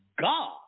God